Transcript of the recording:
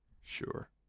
Sure